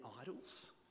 idols